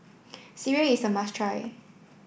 Sireh is a must try